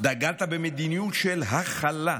דגלת במדיניות של הכלה,